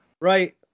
right